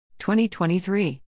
2023